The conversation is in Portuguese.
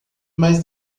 mais